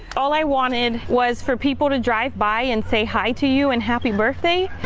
all i wanted was for people to drive by and say hi to you and happy birthday.